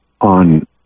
on